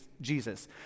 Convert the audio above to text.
Jesus